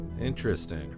Interesting